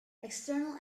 external